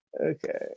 Okay